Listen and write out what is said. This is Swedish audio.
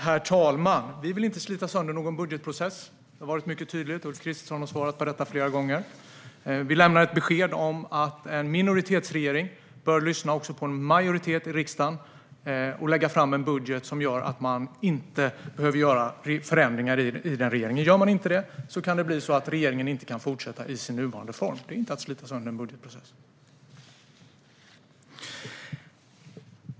Herr talman! Vi vill inte slita sönder någon budgetprocess. Det har varit mycket tydligt. Ulf Kristersson har svarat på frågor om detta flera gånger. Vi lämnade ett besked om att en minoritetsregering också bör lyssna på en majoritet i riksdagen och lägga fram en budget som gör att man inte behöver göra förändringar i regeringen. Gör man inte det kan det bli så att regeringen inte kan fortsätta i sin nuvarande form. Det är inte att slita sönder en budgetprocess.